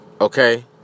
Okay